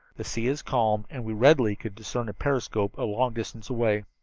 the sea is calm and we readily could discern a periscope a long distance away.